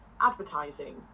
Advertising